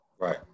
Right